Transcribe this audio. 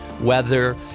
weather